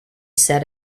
set